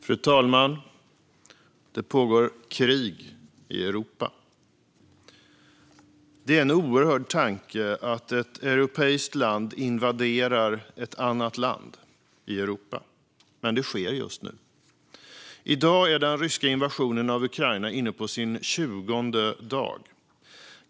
Fru talman! Det pågår krig i Europa. Det är en oerhörd tanke att ett europeiskt land invaderar ett annat land i Europa, men det sker just nu. I dag är den ryska invasionen av Ukraina inne på sin tjugonde dag.